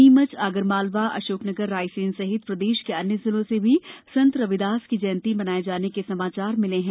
नीमच आगरमालवा अशोकनगर रायसेन सहित प्रदेश के अन्य जिलों से भी संत रविदास की जयंती मनाये जाने के समाचार मिले है